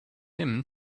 him